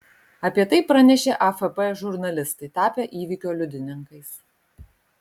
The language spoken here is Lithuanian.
apie tai pranešė afp žurnalistai tapę įvykio liudininkais